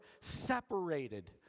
separated